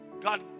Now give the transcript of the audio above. God